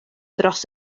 dros